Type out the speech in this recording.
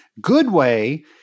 Goodway